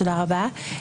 תודה רבה.